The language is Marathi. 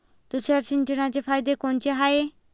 तुषार सिंचनाचे फायदे कोनचे हाये?